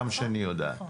וגם שני יודעת.